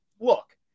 look